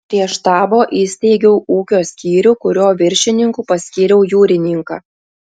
prie štabo įsteigiau ūkio skyrių kurio viršininku paskyriau jūrininką